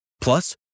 Plus